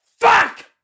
Fuck